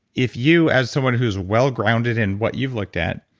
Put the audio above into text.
if you as someone who's well-grounded in what you've looked at.